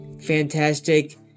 fantastic